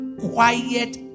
quiet